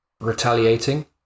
retaliating